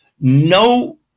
No